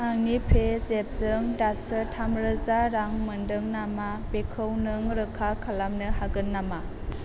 आंनि पेजेएफजों दासो थाम रोजा रां मोनदों नामा बेखौ नों रोखा खालामनो हागोन नामा